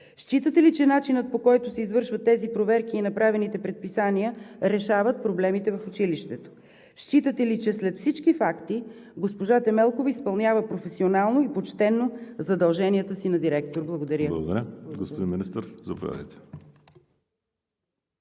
считате ли, че начинът, по който се извършват тези проверки, и направените предписания решават проблемите в училището; считате ли, че след всички факти госпожа Темелкова изпълнява професионално и почтено задълженията си на директор? Благодаря. ПРЕДСЕДАТЕЛ ВАЛЕРИ СИМЕОНОВ: Благодаря. Господин Министър, заповядайте.